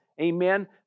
Amen